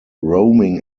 roaming